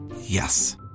Yes